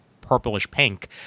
purplish-pink